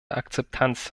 akzeptanz